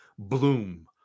bloom